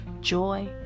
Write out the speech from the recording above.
Joy